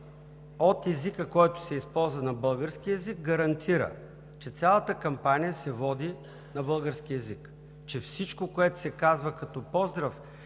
от езика, който се използва на български език, гарантира, че цялата кампания се води на български език, че всичко, което се казва като поздрав